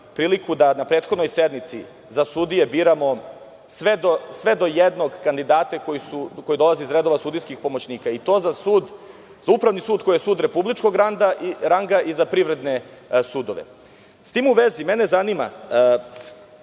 priliku da na prethodnoj sednici za sudije biramo sve do jednog kandidate koji dolaze iz redova sudijskih pomoćnika, i to za upravni sud, koji je sud republičkog ranga i za privredne sudove. S tim u vezi, mene zanima,